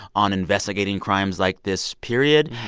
on investigating crimes like this, period.